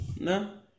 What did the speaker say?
No